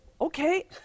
okay